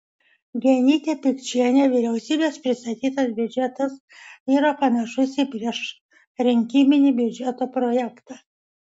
genytė pikčienė vyriausybės pristatytas biudžetas yra panašus į priešrinkiminį biudžeto projektą